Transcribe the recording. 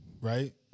right